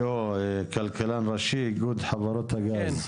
כלכלן ראשי, איגוד חברות הגז.